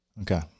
Okay